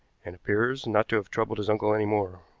and appears not to have troubled his uncle any more.